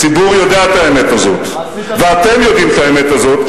הציבור יודע את האמת הזאת ואתם יודעים את האמת הזאת,